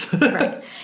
Right